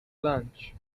launch